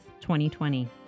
2020